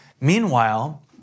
Meanwhile